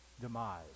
demise